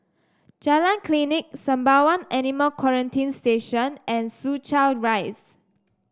Jalan Klinik Sembawang Animal Quarantine Station and Soo Chow Rise